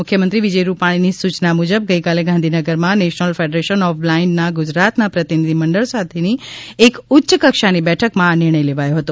મુખ્યમંત્રી વિજય રૂપાણીની સૂચના મુજબ ગઇકાલે ગાંધીનગરમાં નેશનલ ફેડરેશન ઓફ બ્લાઇન્ડના ગુજરાતના પ્રતિનિધિ મંડળ સાથેની એક ઉચ્ય કક્ષાની બેઠકમાં આ નિર્ણય લેવાયો હતો